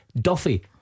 Duffy